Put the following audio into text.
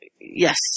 Yes